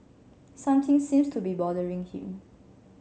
something seems to be bothering him